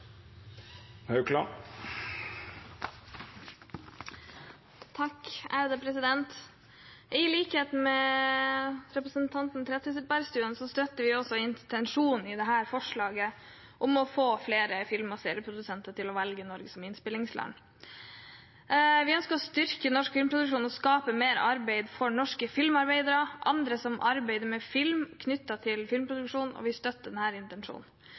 I likhet med representanten Trettebergstuen støtter vi intensjonen i dette forslaget om å få flere film- og serieprodusenter til å velge Norge som innspillingsland. Vi ønsker å styrke norsk filmproduksjon, skape mer arbeid for norske filmarbeidere og andre som arbeider med film knyttet til filmproduksjon, og vi støtter denne intensjonen.